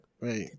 Right